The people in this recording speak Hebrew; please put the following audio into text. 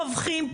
טובחים,